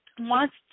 wants